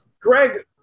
Greg